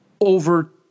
over